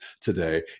today